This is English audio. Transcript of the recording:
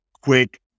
quick